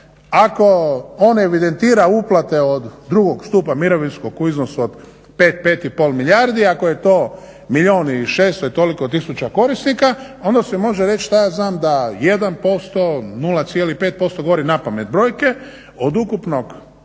ako on evidentira uplate od drugog stupa mirovinskog u iznosu od 5-5,5 milijardi, ako je to milijun i 600 i toliko tisuća korisnika onda se može reći da 1%, 0,5% govorim napamet brojke, od ukupne uplate